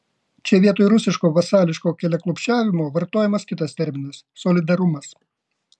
čia vietoj rusiško vasališko keliaklupsčiavimo vartojamas kitas terminas solidarumas